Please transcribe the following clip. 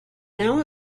now